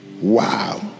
Wow